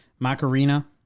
Macarena